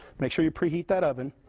make sure you preheat that oven.